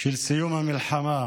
של סיום המלחמה,